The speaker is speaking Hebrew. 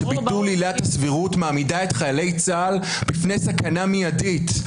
שביטול עילת הסבירות מעמידה את חיילי צה"ל בפני סכנה מיידית.